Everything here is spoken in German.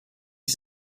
ist